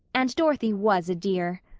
and dorothy was a dear.